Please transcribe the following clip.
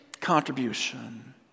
contribution